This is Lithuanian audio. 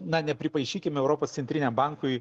na nepripaišykim europos centriniam bankui